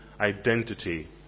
identity